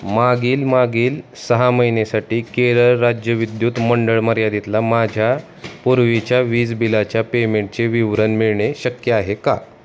मागील मागील सहा महिन्यासाठी केरळ राज्य विद्युत मंडळ मर्यादितला माझ्या पूर्वीच्या वीज बिलाच्या पेमेंटचे विवरण मिळणे शक्य आहे का